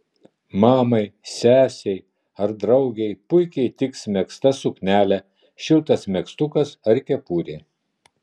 mamai sesei ar draugei puikiai tiks megzta suknelė šiltas megztukas ar kepurė